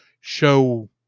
show